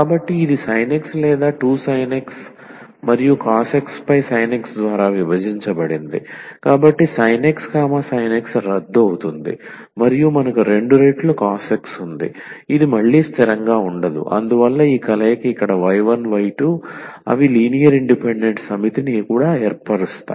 కాబట్టి ఇది sin x లేదా 2 sin x మరియు cos x పై sin x ద్వారా విభజించబడింది కాబట్టి sin x sin x రద్దు అవుతుంది మరియు మనకు 2 రెట్లు cos x ఉంది ఇది మళ్ళీ స్థిరంగా ఉండదు అందువల్ల ఈ కలయిక ఇక్కడ y1 y2 అవి లీనియర్ ఇండిపెండెంట్ సమితిని కూడా ఏర్పరుస్తాయి